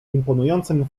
imponującym